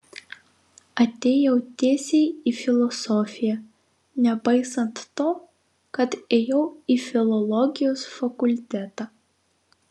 atėjau tiesiai į filosofiją nepaisant to kad ėjau į filologijos fakultetą